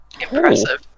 Impressive